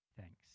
thanks